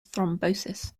thrombosis